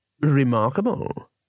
Remarkable